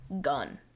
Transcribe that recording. gun